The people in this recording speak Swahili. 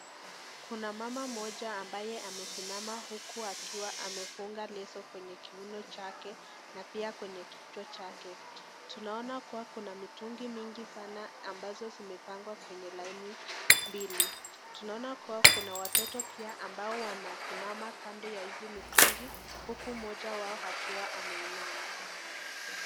Kuna mama mmoja ambaye amesimama huku akiwa amefunga leso kwenye kiuno chake na pia kwenye kichwa chake, Tunaona kuwa kuna mitungi mingi sana ambazo zimepangwa kwenye laini mbili. Tunaona pia kuna watoto pia ambao wanasimama kando ya hizi mitungi uku mmoja wao akiwa ameinama.